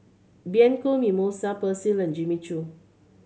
Bianco Mimosa Persil and Jimmy Choo